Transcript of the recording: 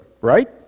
right